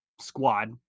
Squad